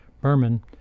Berman